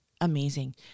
amazing